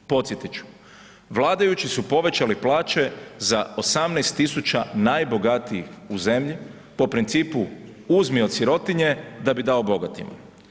Podsjetit ću, vladajući su povećali plaće za 18000 najbogatijih u zemlji, po principu uzmi od sirotinje da bi dao bogatima.